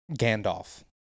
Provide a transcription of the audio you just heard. Gandalf